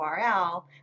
URL